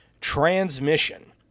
transmission